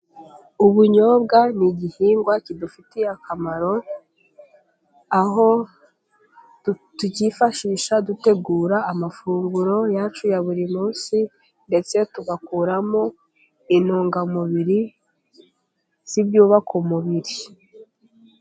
Ubunyobwa ni igihingwa kidufitiye akamaro, aho tucyifashisha dutegura amafunguro yacu ya buri munsi, ndetse tugakuramo intungamubiri z'ibyubaka umubiri.